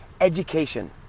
Education